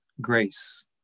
grace